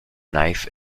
knife